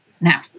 now